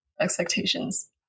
expectations